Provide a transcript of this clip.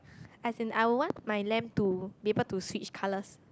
as in I will want my lamp to be able to switch colours